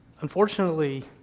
Unfortunately